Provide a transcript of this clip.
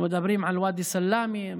אנחנו מדברים על ואדי סלאמה,